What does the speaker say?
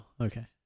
okay